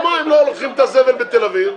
יומיים לא לוקחים את הזבל בתל אביב,